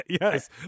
Yes